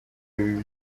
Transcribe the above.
biba